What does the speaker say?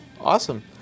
Awesome